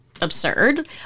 absurd